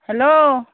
hello